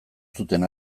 zuten